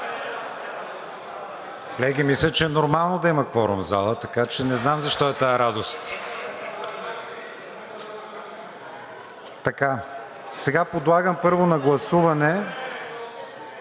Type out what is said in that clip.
Колеги, мисля, че е нормално да има кворум в залата, така че не знам защо е тази радост. Сега подлагам първо на гласуване